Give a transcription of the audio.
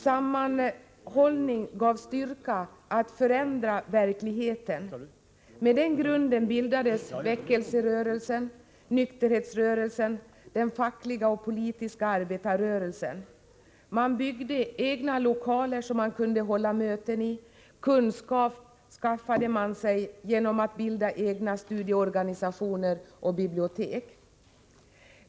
Sammanhållning gav styrka att förändra verkligheten. Med den grunden bildades väckelserörelsen, nykterhetsrörelsen och den fackliga och politiska arbetarrörelsen. Man byggde egna lokaler, som man kunde hålla möten i. Kunskap skaffade man sig genom att bilda egna studieorganisationer och starta bibliotek.